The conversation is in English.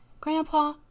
Grandpa